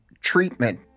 treatment